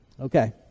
Okay